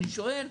אני שואל,